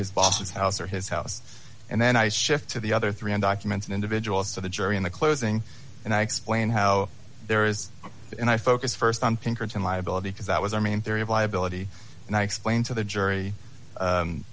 or his house and then i shift to the other three and documents and individuals to the jury in the closing and i explain how there is and i focus st on pinkerton liability because that was our main theory of liability and i explained to the jury